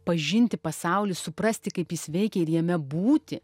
pažinti pasaulį suprasti kaip jis veikia ir jame būti